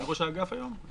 מי ראש האגף היום?